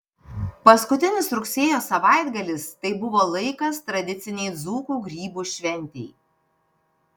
paskutinis rugsėjo savaitgalis tai buvo laikas tradicinei dzūkų grybų šventei